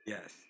Yes